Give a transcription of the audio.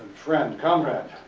friend. comrade.